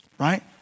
Right